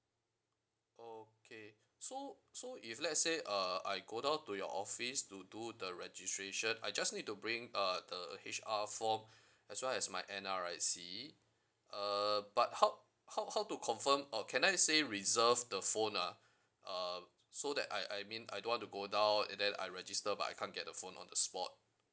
okay so so if let's say uh I go down to your office to do the registration I just need to bring uh the H_R form as well as my N_R_I_C uh but how how how to confirm or can I say reserve the phone ah uh so that I I mean I don't want to go down and then I register but I can't get the phone on the spot